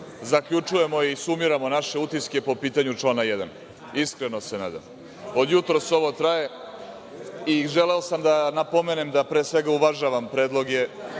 zaključujemo i sumiramo naše utiske po pitanju člana 1. Iskreno se nadam, od jutros ovo traje. Želeo sam da napomenem da pre svega uvažavam predloge